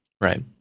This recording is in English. Right